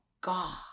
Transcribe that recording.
God